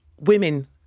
Women